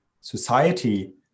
society